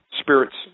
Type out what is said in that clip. spirits